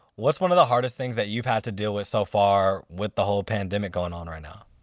what's one of the hardest things that you've had to deal with so far with the whole pandemic going on right now?